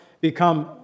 become